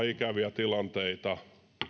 ikäviä tilanteita no niin